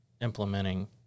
implementing